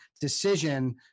decision